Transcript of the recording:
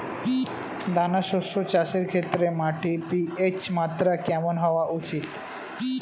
দানা শস্য চাষের ক্ষেত্রে মাটির পি.এইচ মাত্রা কেমন হওয়া উচিৎ?